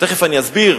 ותיכף אני אסביר,